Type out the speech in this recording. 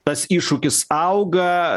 tas iššūkis auga